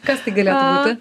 kas tai galėtų būti